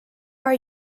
are